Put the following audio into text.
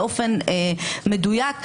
באופן מדויק,